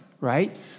right